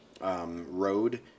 road